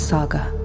Saga